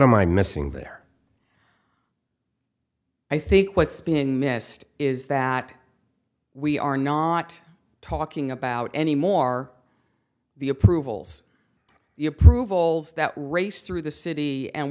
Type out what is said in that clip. am i missing there i think what's been missed is that we are not talking about any more the approvals the approvals that raced through the city and